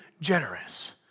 generous